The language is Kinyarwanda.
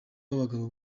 b’abagabo